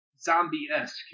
zombie-esque